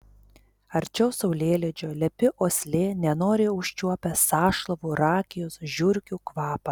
arčiau saulėlydžio lepi uoslė nenoriai užčiuopia sąšlavų rakijos žiurkių kvapą